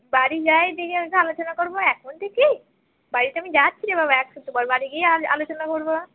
বাড়ি যাই দেখি একটু আলোচনা করব এখন থেকেই বাড়ি তো আমি যাচ্ছি রে বাবা এক সপ্তাহ পর বাড়ি গিয়েই আলোচনা করব